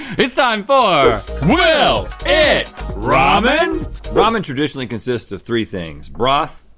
it's time for will it ramen? ramen traditionally consists of three things broth,